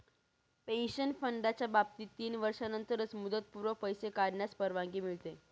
pension फंडाच्या बाबतीत तीन वर्षांनंतरच मुदतपूर्व पैसे काढण्यास परवानगी मिळते